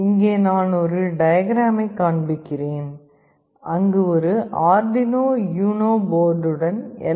இங்கே நான் ஒரு டயக்ராம்மைக் காண்பிக்கிறேன் அங்கு ஒரு Arduino UNO போர்டுடன் எல்